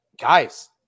Guys